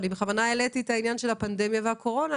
בכוונה העליתי את העניין של הפנדמיה והקורונה,